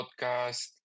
podcast